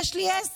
יש לי עסק,